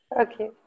Okay